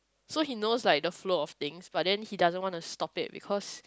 so he knows like the flow of things but then he doesn't want to stop it because